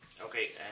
Okay